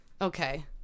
Okay